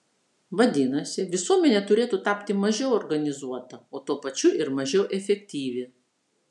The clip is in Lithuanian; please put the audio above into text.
vadinasi visuomenė turėtų tapti mažiau organizuota o tuo pačiu ir mažiau efektyvi